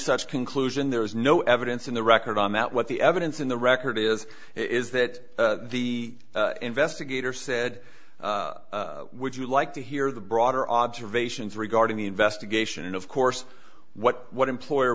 such conclusion there is no evidence in the record on that what the evidence in the record is is that the investigator said would you like to hear the broader observations regarding the investigation and of course what what employer